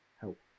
help